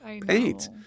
paint